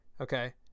Okay